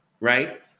Right